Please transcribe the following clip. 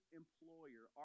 employer